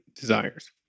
desires